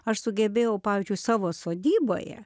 aš sugebėjau pavyzdžiui savo sodyboje